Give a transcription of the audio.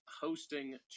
hosting